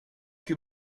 que